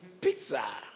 Pizza